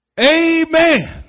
Amen